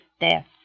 death